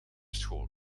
school